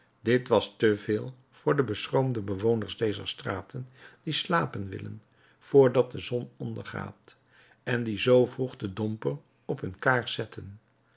dit was te veel voor de beschroomde bewoners dezer straten die slapen willen voor dat de zon ondergaat en die zoo vroeg den domper op hun kaars zetten